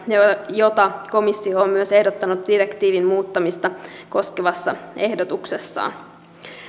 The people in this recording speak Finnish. jota komissio on myös ehdottanut direktiivin muuttamista koskevassa ehdotuksessaan